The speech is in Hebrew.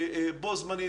ובו זמנית,